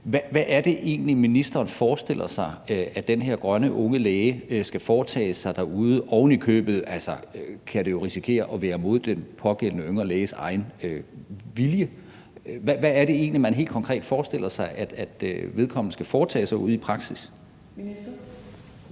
Hvad er det egentlig, ministeren forestiller sig at den her grønne unge læge skal foretage sig derude? Ovenikøbet kan det jo altså risikere at være mod den pågældende yngre læges egen vilje. Hvad er det egentlig, man helt konkret forestiller sig vedkommende skal foretage sig ude i praksis? Kl.